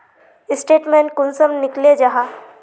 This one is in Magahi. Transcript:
स्टेटमेंट कुंसम निकले जाहा?